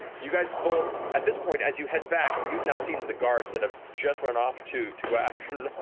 you guys bolt. at this point, as you head back, you've now seen the guards that have just run off to to go after